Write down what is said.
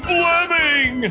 Fleming